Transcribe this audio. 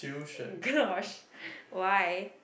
gosh why